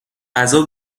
غذا